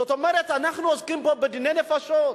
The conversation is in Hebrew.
זאת אומרת, אנחנו עוסקים פה בדיני נפשות.